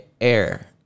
air